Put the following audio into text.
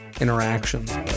interactions